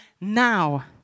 now